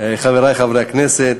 חברי חברי הכנסת,